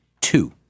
two